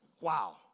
Wow